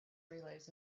relays